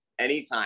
anytime